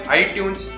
iTunes